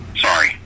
sorry